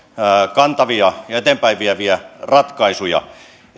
kantavia ja eteenpäin vieviä ratkaisuja